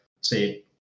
say